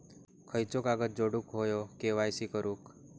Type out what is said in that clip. खयचो कागद जोडुक होयो के.वाय.सी करूक?